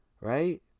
Right